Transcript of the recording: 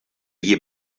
year